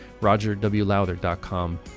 rogerwlowther.com